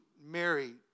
Mary